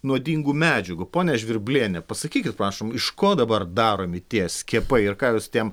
nuodingų medžiagų ponia žvirbliene pasakykit prašom iš ko dabar daromi tie skiepai ir ką jūs tiem